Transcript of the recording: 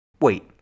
Wait